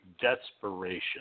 desperation